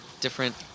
different